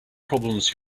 problems